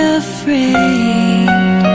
afraid